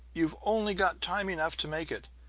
you've only got time enough to make it!